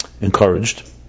encouraged